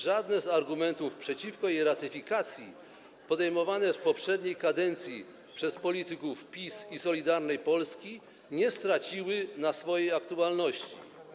Żaden z argumentów przeciwko jej ratyfikacji podawanych w poprzedniej kadencji przez polityków PiS i Solidarnej Polski nie stracił na swojej aktualności.